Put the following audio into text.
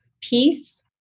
peace